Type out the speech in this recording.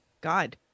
God